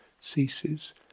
ceases